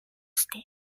ste